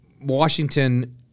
Washington